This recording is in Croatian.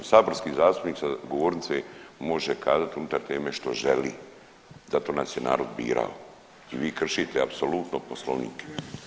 Saborski zastupnik sa govornice može kazati unutar teme što želi, zato nas je narod birao, a vi kršite apsolutno Poslovnik.